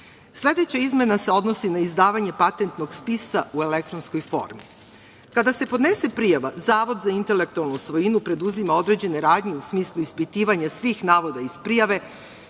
patenta. Sledeća izmena se odnosi na izdavanje patentnog spisa u elektronskoj formi. Kada se podnese prijava, Zavod za intelektualnu svojinu preduzima određene radnje u smislu ispitivanja svih navoda iz prijave,